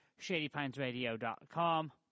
ShadyPinesRadio.com